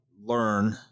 learn